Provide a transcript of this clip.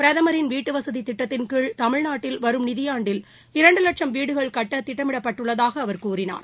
பிரதமின் வீட்டுவசதி திட்டத்தின் கீழ் தமிழ்நாட்டில் வரும் நிதியாண்டில் இரண்டு வட்சம் வீடுகள் கட்ட திட்டமிடப்பட்டுள்ளதாக அவர் கூறினார்